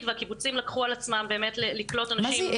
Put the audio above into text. והקיבוצים לקחו על עצמם באמת לקלוט אנשים למגורים.